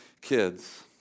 kids